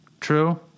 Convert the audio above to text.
True